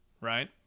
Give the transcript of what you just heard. right